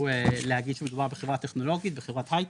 להגיד שמדובר בחברה טכנולוגית בחברת הייטק,